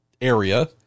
area